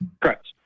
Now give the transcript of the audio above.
Correct